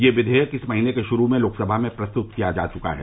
यह विधेयक इस महीने के शुरू में लोकसभा में प्रस्तुत किया जा चुका है